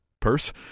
Purse